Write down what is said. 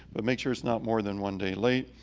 but make sure it's not more than one day late.